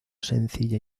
sencilla